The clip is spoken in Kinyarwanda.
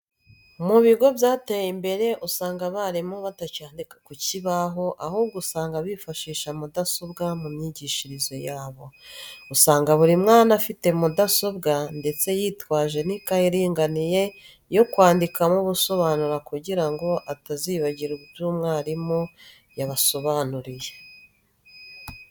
Mu bigo byateye imbere usanga abarimu batacyandika ku cyibaho, ahubwo usanga bifashisha mudasobwa mu myigishirize yabo. Usanga buri mwana nawe afite mudasobwa ndetse yitwaje n'ikayi iringaniye yo kwandikamo ubusobanuro kugira ngo atazibagirwa ibyo umwarimu yabasobanuriye.